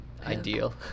ideal